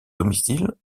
domicile